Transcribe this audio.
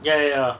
ya ya ya